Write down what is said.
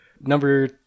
Number